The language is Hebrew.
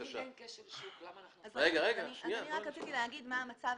רק רציתי להגיד מה המצב,